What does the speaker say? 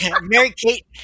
Mary-Kate